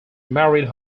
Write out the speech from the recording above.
married